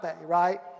right